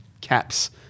caps